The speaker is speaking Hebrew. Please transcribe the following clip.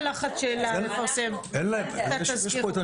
בגלל הלחץ שלהם לפרסם את התזכיר.